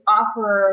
offer